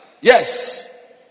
Yes